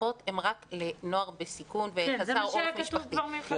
שנפתחות הן רק לנוער בסיכון וחסר עורף משפחתי,